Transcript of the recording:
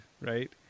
Right